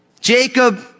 Jacob